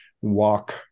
walk